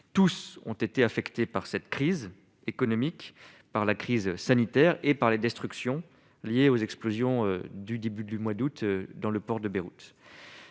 tous ont été affectées par cette crise économique par la crise sanitaire et par les destructions liées aux explosions du début du mois d'août dans le port de Beyrouth,